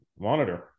monitor